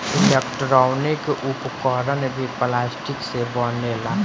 electronic उपकरण भी plastic से बनेला